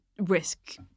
risk